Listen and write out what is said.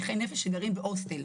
שגרים בהוסטל.